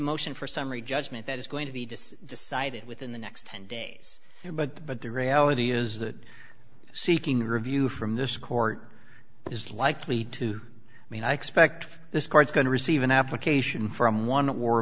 motion for summary judgment that is going to be decide decided within the next ten days but the reality is that seeking review from this court is likely to mean i expect this court's going to receive an application from one or